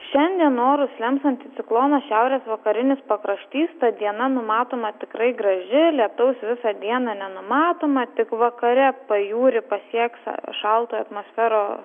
šiandien orus lems anticiklono šiaurės vakarinis pakraštys ta diena numatoma tikrai graži lietaus visą dieną nenumatoma tik vakare pajūrį pasieks šaltojo atmosfero